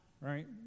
right